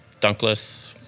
Dunkless